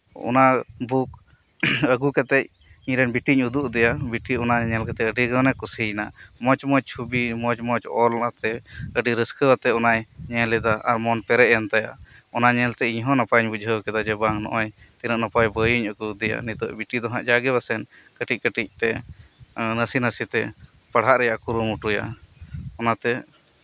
ᱚᱱᱟ ᱵᱩᱠ ᱟᱹᱜᱩ ᱠᱟᱛᱮᱫ ᱤᱧᱨᱮᱱ ᱵᱤᱴᱤᱧ ᱩᱫᱩᱜ ᱟᱫᱮᱭᱟ ᱵᱤᱴᱤ ᱚᱱᱟ ᱧᱮᱞ ᱠᱟᱛᱮᱫ ᱟᱹᱰᱤᱜᱟᱱᱮ ᱠᱩᱥᱤᱭᱮᱱᱟ ᱢᱚᱸᱡᱽ ᱢᱚᱸᱡᱽ ᱪᱷᱚᱵᱤ ᱢᱚᱸᱡᱽ ᱢᱚᱸᱡᱽ ᱚᱞ ᱚᱱᱟᱛᱮ ᱟᱹᱰᱤ ᱨᱟᱹᱥᱠᱟᱹᱣᱟᱛᱮ ᱚᱱᱟᱭ ᱧᱮᱞᱮᱫᱟ ᱟᱨ ᱢᱚᱱ ᱯᱮᱨᱮᱡ ᱮᱱᱛᱟᱭᱟ ᱚᱱᱟ ᱧᱮᱞᱛᱮ ᱤᱧᱦᱚ ᱱᱟᱯᱟᱭᱤᱧ ᱵᱩᱡᱷᱟᱹᱣ ᱠᱮᱫᱟ ᱡᱮ ᱵᱟᱝ ᱱᱚᱜᱚᱭ ᱛᱤᱱᱟᱹᱜ ᱱᱟᱯᱟᱭ ᱵᱚᱭᱤᱧ ᱟᱹᱜᱩᱣᱟᱫᱮᱭᱟ ᱱᱤᱛᱚᱜ ᱵᱤᱴᱤ ᱫᱚ ᱦᱟᱜ ᱡᱟᱜᱮ ᱵᱟᱥᱮᱱ ᱠᱟᱹᱴᱤᱡ ᱠᱟᱹᱴᱤᱡ ᱛᱮ ᱱᱟᱥᱮ ᱱᱟᱥᱮ ᱛᱮ ᱯᱟᱲᱦᱟᱜ ᱨᱮᱱᱟᱜ ᱮ ᱠᱩᱨᱩᱢᱩᱴᱩᱭᱟ ᱚᱱᱟᱛᱮ